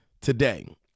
today